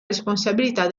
responsabilità